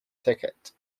ticket